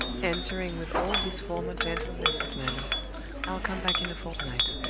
answering with all his former gentleness of manner i'll come back in a fortnight.